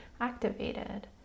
activated